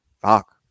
Fuck